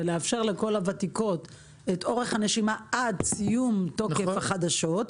ולאפשר לכל הוותיקות את אורך הנשימה עד סיום תוקף החדשות,